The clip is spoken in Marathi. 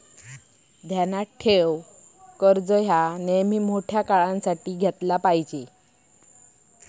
ध्यानात ठेव, कर्ज ह्या नेयमी मोठ्या काळासाठी घेतला पायजे